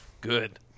good